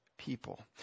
people